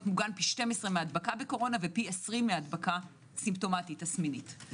מוגן פי 12 מהדבקה בקורונה ופי 20 מהדבקה סימפטומטית תסמינית.